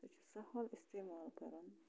سُہ چھُ سَہل اِستعمال کَران